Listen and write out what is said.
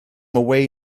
away